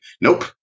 Nope